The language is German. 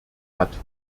hat